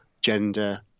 gender